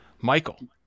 Michael